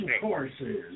courses